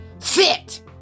fit